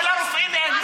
ולה יש מוסר ולרופאים אין.